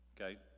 Okay